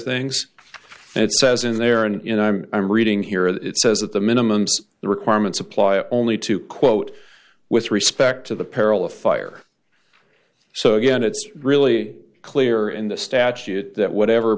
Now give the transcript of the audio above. things it says in there and you know i'm i'm reading here that it says that the minimum requirements apply only to quote with respect to the peril of fire so again it's really clear in the statute that whatever